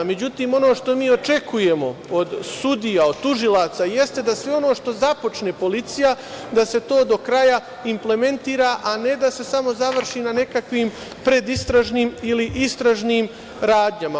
Međutim, ono što mi očekujemo od sudija, od tužilaca, jeste da sve ono što započne policija da se to do kraja implementira, a ne da se samo završi na nekakvim predistražnim ili istražnim radnjama.